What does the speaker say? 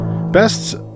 Best